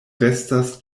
restas